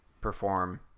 perform